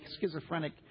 schizophrenic